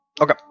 okay